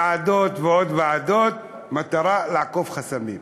ועדות ועוד ועדות, והמטרה: לעקוף חסמים.